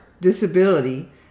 Disability